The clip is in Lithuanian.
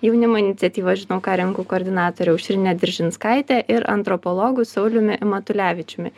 jaunimo iniciatyvos žinau ką renku koordinatore aušrine diržinskaite ir antropologu sauliumi matulevičiumi